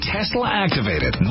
Tesla-activated